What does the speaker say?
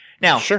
Now